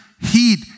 heed